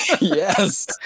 Yes